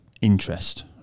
interest